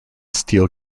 steel